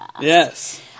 Yes